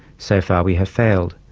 so far we have failed.